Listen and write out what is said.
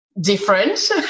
different